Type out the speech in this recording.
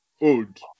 old